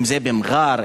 אם במע'אר,